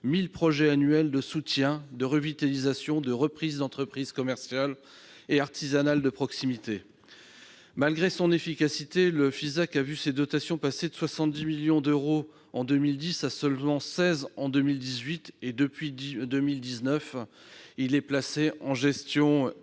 1 000 projets annuels de soutien, de revitalisation, ou de reprise d'entreprises commerciales et artisanales de proximité. Malgré son efficacité, le Fisac a vu sa dotation passer de 78 millions d'euros en 2010 à seulement 16 millions en 2018. Depuis 2019, ce fonds est placé en gestion extinctive,